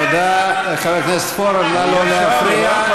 חבר הכנסת פורר, נא לא להפריע.